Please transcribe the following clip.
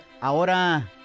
ahora